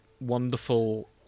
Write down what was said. wonderful